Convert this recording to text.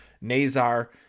Nazar